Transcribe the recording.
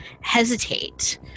hesitate